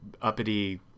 uppity